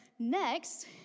Next